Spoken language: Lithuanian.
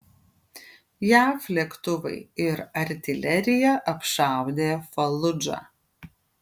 jav lėktuvai ir artilerija apšaudė faludžą